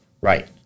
Right